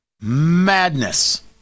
madness